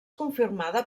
confirmada